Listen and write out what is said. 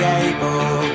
able